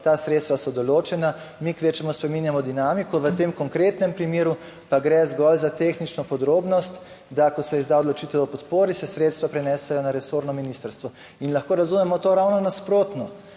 ta sredstva so določena, mi kvečjemu spreminjamo dinamiko. V tem konkretnem primeru pa gre zgolj za tehnično podrobnost, da ko se izda odločitev o podpori, se sredstva prenesejo na resorno ministrstvo. In lahko razumemo to ravno nasprotno: